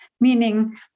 Meaning